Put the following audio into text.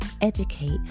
educate